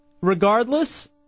Regardless